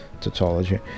tautology